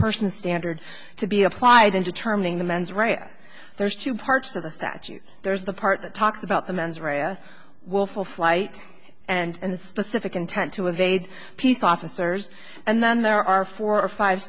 person standard to be applied in determining the mens rea there's two parts to the statute there's the part that talks about the mens rea or willful flight and the specific intent to evade peace officers and then there are four or five